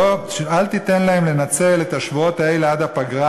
אל תיתן להם לנצל את השבועות האלה עד הפגרה